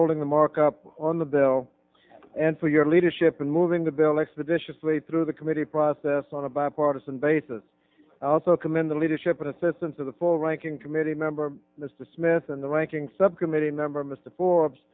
holding the markup on the bill and for your leadership in moving the bill expeditiously through the committee process on a bipartisan basis also commend the leadership and assistance of the full ranking committee member mr smith and the ranking subcommittee member mr for